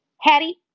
Hattie